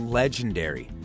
legendary